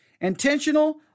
Intentional